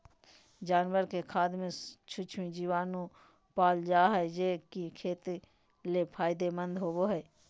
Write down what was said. जानवर के खाद में सूक्ष्म जीवाणु पाल जा हइ, जे कि खेत ले फायदेमंद होबो हइ